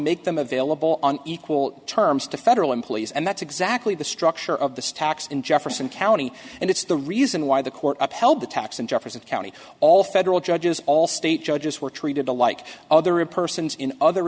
make them available on equal terms to federal employees and that's exactly the structure of this tax in jefferson county and it's the reason why the court upheld the tax in jefferson county all federal judges all state judges were treated alike other persons in other